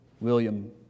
William